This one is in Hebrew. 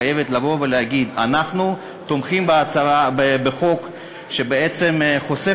חייבת לבוא ולהגיד: אנחנו תומכים בחוק שחושף